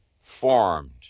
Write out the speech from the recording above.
formed